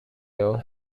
ill